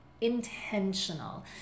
intentional